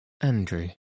Andrew